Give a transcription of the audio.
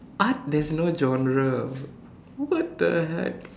art there's no genre what the heck